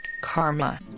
karma